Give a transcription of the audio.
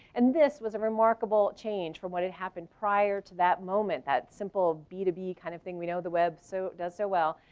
and this was a remarkable change from what had happened prior to that moment, that simple b two b kind of thing we know the web so does so well.